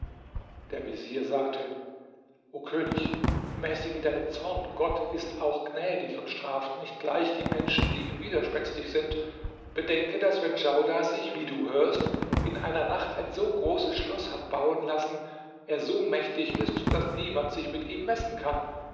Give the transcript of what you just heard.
der vezier sagte o könig mäßige deinen zorn gott ist auch gnädig und straft nicht gleich die menschen die ihm widerspenstig sind bedenke daß wenn djaudar sich wie du hörst in einer nacht ein so großes schloß hat bauen lassen er so mächtig ist daß niemand sich mit ihm messen kann